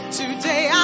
today